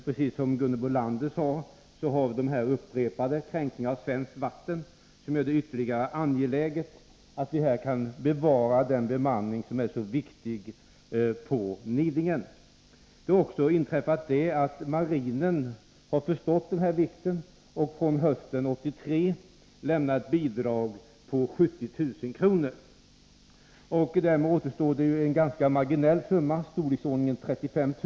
Precis som Gunhild Bolander sade har de upprepade kränkningarna av svenska vatten gjort det än mer angeläget att vi på Nidingen kan bevara den bemanning som är så viktig. Marinen har insett vikten av detta och har från hösten 1983 lämnat bidrag på 70000 kr. Därmed återstår en ganska marginell summa, i storleksordningen 35 000 kr.